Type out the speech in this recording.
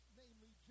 namely